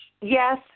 yes